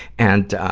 and, ah,